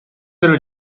della